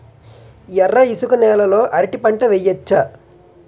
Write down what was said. ఎర్ర ఇసుక నేల లో అరటి పంట వెయ్యచ్చా?